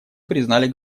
признали